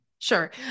Sure